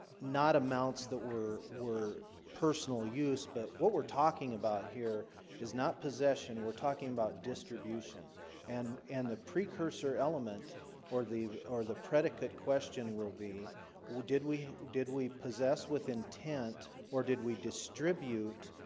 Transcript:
not amounts that were were personal use, but what we're talking about here is not possession we're talking about distribution and and the precursor element or the or the predicate question will be well did we did we possess with intent? or did we distribute?